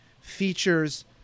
features